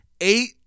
eight